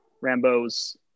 Rambo's